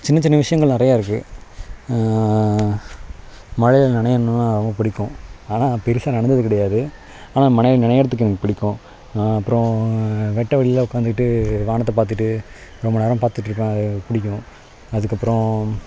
சின்னச் சின்ன விஷயங்கள் நிறையா இருக்குது மழையில் நனையுணுன்னால் ரொம்பப் பிடிக்கும் ஆனால் பெரிசா நனைஞ்சது கிடையாது ஆனால் மழைல நனையறதுக்கு எனக்குப் பிடிக்கும் அப்புறம் வெட்டவெளியில் உக்கார்ந்துட்டு வானத்தைப் பார்த்துட்டு ரொம்ப நேரம் பார்த்துட்ருப்பேன் அது எனக்கு பிடிக்கும் அதுக்கப்புறம்